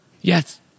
Yes